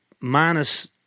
minus